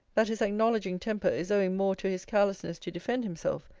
that his acknowledging temper is owing more to his carelessness to defend himself,